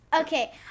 Okay